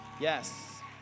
Yes